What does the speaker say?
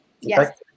Yes